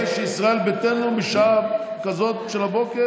אני רואה שישראל ביתנו בשעה כזאת של הבוקר,